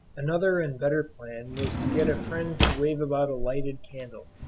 another and better plan was to get a friend to wave about a lighted candle,